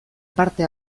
parte